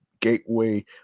Gateway